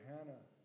Hannah